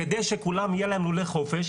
כדי שכולם יהיה להם לולי חופש,